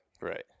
right